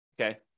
okay